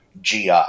GI